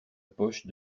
poche